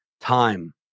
time